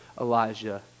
Elijah